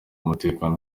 umutekano